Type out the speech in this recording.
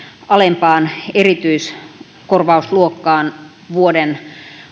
alempaan erityiskorvausluokkaan vuoden